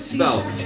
self